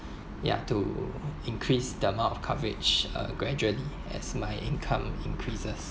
ya to increase the amount of coverage uh gradually as my income increases